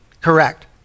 correct